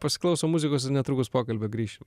pasiklausom muzikos ir netrukus pokalbio grįšim